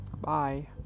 Bye